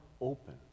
open